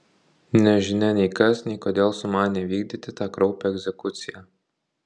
nežinia nei kas nei kodėl sumanė įvykdyti tą kraupią egzekuciją